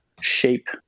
shape